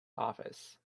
office